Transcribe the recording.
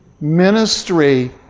Ministry